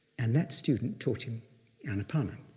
and that student taught him anapana,